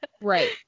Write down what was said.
Right